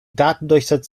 datendurchsatz